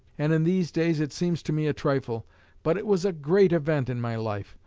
and in these days it seems to me a trifle but it was a great event in my life.